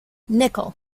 nickel